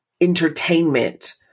entertainment